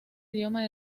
idioma